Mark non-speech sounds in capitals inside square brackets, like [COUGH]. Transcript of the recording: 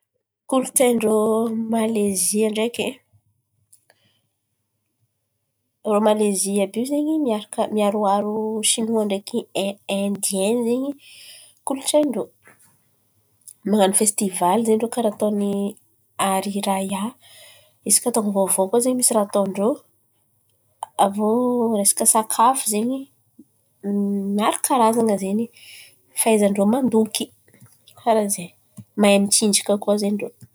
Kolontsain̈y ndrô Melezy ndreky irô Malezy àby io ndreky zen̈y, miaraka miaroaro Sinoa ndreky Aindian zen̈y kolontsain̈y ndrô. Man̈ano fesitivaly zen̈y karà atôny ariraia hisaka tôn̈o vôvô koa zen̈y misy raha atôn-drô. Avô resaka sakafo zen̈y [HESITATION] maro karaza zen̈y fahaizan-drô mandoky, karà zen̈y, mahay mitsinjaka koa zen̈y irô.